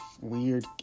weird